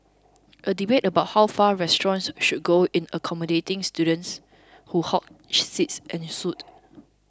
a debate about how far restaurants should go in accommodating students who hog seats ensued